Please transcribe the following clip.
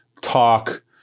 talk